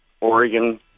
Oregon